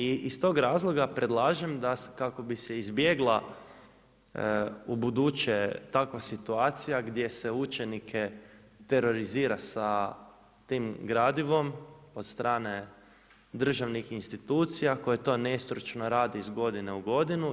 I iz tog razloga predlažem da kako bi se izbjegla u buduće takva situacija gdje se učenike terorizira sa tim gradivom od strane državnih institucija koje to nestručno radi iz godine u godinu.